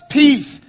peace